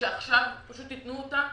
שעכשיו פשוט תנו אותה,